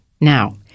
Now